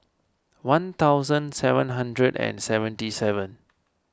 one thousand seven hundred and seventy seven